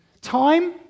Time